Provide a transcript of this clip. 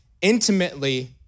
intimately